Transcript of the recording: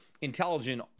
intelligent